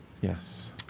Yes